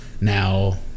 now